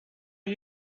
are